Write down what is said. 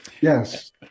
Yes